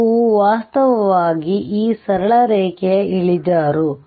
ಇದು ವಾಸ್ತವವಾಗಿ ಈ ಸರಳ ರೇಖೆಯ ಇಳಿಜಾರು